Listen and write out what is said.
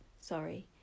Sorry